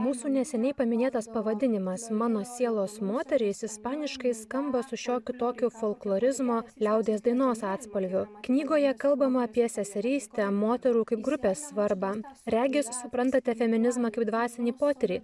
mūsų neseniai paminėtas pavadinimas mano sielos moterys ispaniškai skamba su šiokiu tokiu folklorizmo liaudies dainos atspalviu knygoje kalbama apie seserystę moterų kaip grupės svarbą regis suprantate feminizmą kaip dvasinį potyrį